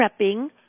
prepping